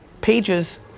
pages